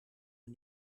een